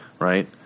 right